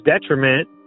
detriment